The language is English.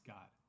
God